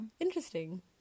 Interesting